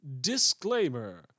Disclaimer